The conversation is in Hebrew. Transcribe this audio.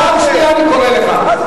פעם שנייה אני קורא אותך.